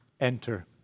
enter